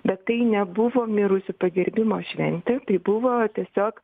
bet tai nebuvo mirusių pagerbimo šventė tai buvo tiesiog